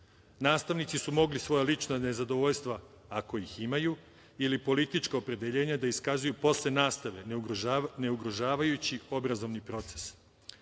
odraslih. Nastavnici su mogli svoja lična nezadovoljstva, ako ih imaju, ili politička opredeljena da iskazuju posle nastave ne ugrožavajući obrazovni proces,